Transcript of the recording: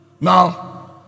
Now